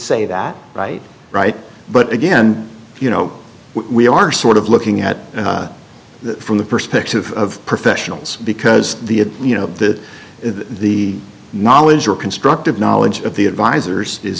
say that right right but again you know we are sort of looking at it from the perspective of professionals because the you know the the knowledge or constructive knowledge of the advisers is